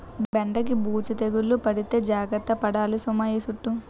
బెండకి బూజు తెగులు పడితే జాగర్త పడాలి సుమా ఈ సుట్టూ